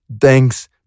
Thanks